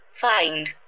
find